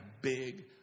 big